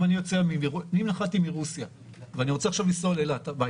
אם נחתי מרוסיה ואני רוצה לנסוע לאילת, הביתה.